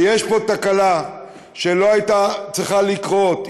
ויש פה תקלה שלא הייתה צריכה לקרות.